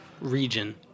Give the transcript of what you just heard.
region